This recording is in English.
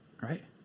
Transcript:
right